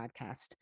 podcast